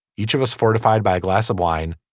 each of us fortified by a glass of wine.